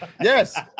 Yes